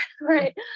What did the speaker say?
Right